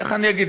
איך אני אגיד?